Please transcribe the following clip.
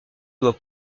doit